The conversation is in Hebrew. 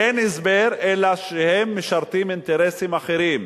אין הסבר אלא שהם משרתים אינטרסים אחרים.